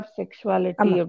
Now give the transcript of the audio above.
sexuality